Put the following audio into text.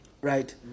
Right